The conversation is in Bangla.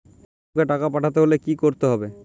কাওকে টাকা পাঠাতে হলে কি করতে হবে?